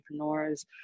entrepreneurs